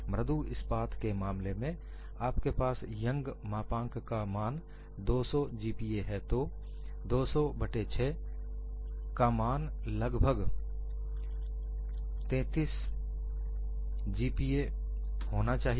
मृदु इस्पात के मामले में आपके पास यंग मापांक का मान 200 GPa है तो 2006 का मान लगभग 33 GPa होना चाहिए